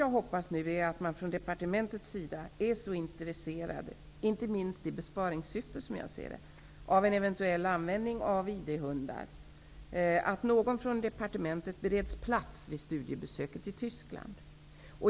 Jag hoppas att man från departementets sida -- inte minst i besparingssyfte, som jag ser saken -- är så intresserad av eventuell användning av ID-hundar att någon från departementet bereds möjlighet att vara med vid studiebesöket i Tyskland.